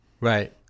Right